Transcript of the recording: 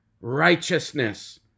righteousness